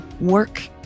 work